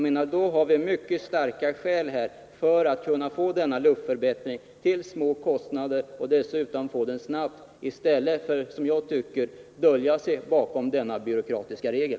Det finns mycket starka skäl att försöka åstadkomma denna luftförbättring till de här obetydliga kostnaderna. Dessutom kan vi få en snabb förbättring. Det är bättre än att dölja sig bakom denna byråkratiska regel.